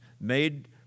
made